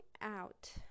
out